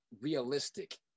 realistic